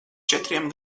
četriem